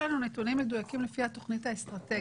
יש לנו נתונים מדויקים לפי התוכנית האסטרטגית.